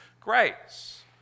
grace